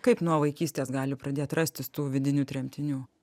kaip nuo vaikystės gali pradėt rastis tų vidinių tremtinių